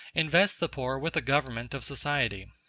invest the poor with the government of society.